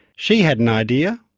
she had an idea.